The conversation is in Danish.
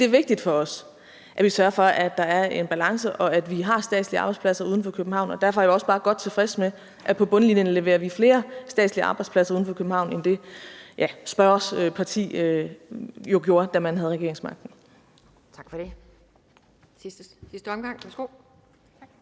Det er vigtigt for os, at vi sørger for, at der er en balance, og at vi har statslige arbejdspladser uden for København, og derfor er jeg også bare godt tilfreds med, at på bundlinjen leverer vi flere statslige arbejdspladser uden for København end det, spørgerens parti jo gjorde, da man havde regeringsmagten.